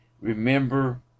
Remember